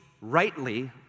rightly